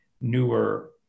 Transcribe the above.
newer